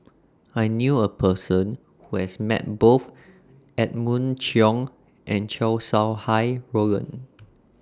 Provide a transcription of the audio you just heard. I knew A Person Who has Met Both Edmund Cheng and Chow Sau Hai Roland